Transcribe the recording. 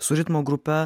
su ritmo grupe